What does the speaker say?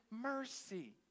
mercy